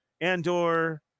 Andor